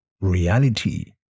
reality